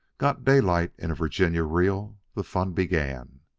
got daylight in a virginia reel, the fun began.